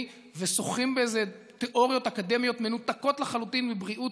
ושוחים באיזה תיאוריות אקדמיות מנותקות לחלוטין מבריאות